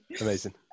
Amazing